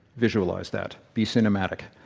visualize that. be cinematic.